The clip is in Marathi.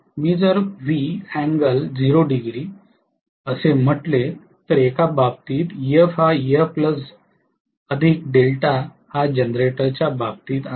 मी जर असे म्हटले तर एका बाबतीत Ef हा Ef δ हा जनरेटरच्या बाबतीत आहे